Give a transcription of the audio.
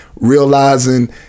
realizing